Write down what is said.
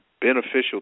beneficial